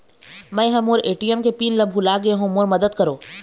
मै ह मोर ए.टी.एम के पिन ला भुला गे हों मोर मदद करौ